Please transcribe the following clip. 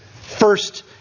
first